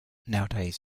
nowadays